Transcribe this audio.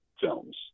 films